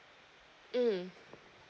mm